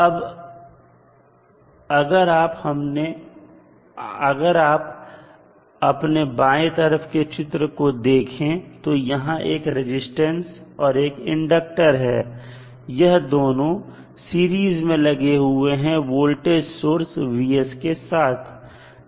अब अगर आप अपने बाएं तरफ के चित्र को देखें तो यहां एक रेजिस्टेंस और एक इंडक्टर है यह दोनों सीरीज में लगे हुए हैं वोल्टेज सोर्स के साथ में